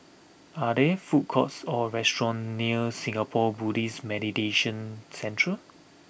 are there food courts or restaurants near Singapore Buddhist Meditation Centre